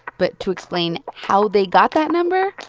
but to explain how they got that number,